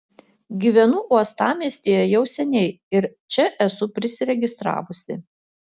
gyvenu uostamiestyje jau seniai ir čia esu prisiregistravusi